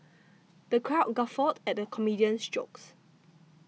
the crowd guffawed at the comedian's jokes